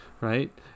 Right